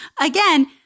Again